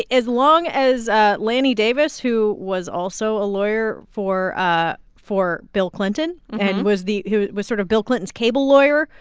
as long as ah lanny davis, who was also a lawyer for ah for bill clinton and was the was sort of bill clinton's cable lawyer,